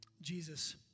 Jesus